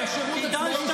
כדאי שתעצור.